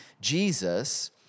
Jesus